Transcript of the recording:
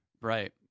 Right